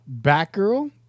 Batgirl